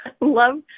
love